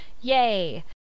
Yay